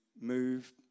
move